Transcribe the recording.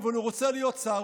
אבל הוא רוצה להיות שר,